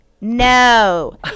no